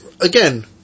again